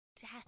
death